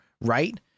right